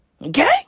Okay